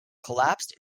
collapsed